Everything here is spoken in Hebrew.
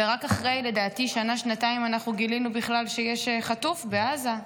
ולדעתי רק אחרי שנה-שנתיים גילינו בכלל שיש חטוף בעזה,